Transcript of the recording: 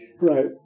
right